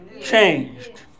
changed